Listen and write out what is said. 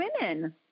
women